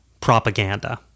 Propaganda